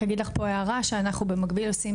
אנחנו עושים